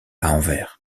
anvers